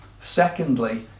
Secondly